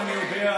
מי אתה בכלל?